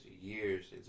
years